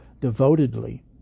devotedly